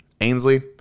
ainsley